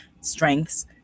strengths